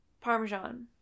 parmesan